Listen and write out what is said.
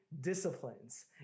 disciplines